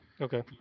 okay